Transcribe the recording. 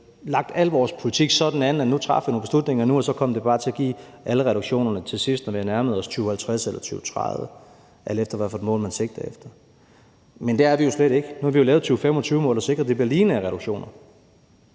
lagt al vores politik sådan an, at vi nu traf nogle beslutninger, og det så kom til at give alle reduktionerne til sidst, når vi nærmede os 2050 eller 2030, alt efter hvad for et mål man sigter efter, men der er jo vi slet ikke. Nu har vi jo lavet 2025-målet, der sikrer, at det bliver lineære reduktioner.